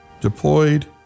deployed